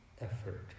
effort